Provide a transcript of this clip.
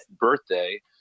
birthday